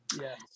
Yes